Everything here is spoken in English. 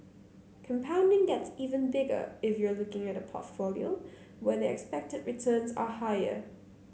compounding gets even bigger if you're looking at a portfolio where the expected returns are higher